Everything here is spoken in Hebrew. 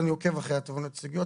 ואני עוקב אחרי התובענות הייצוגיות,